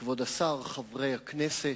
תודה, כבוד השר, חברי הכנסת,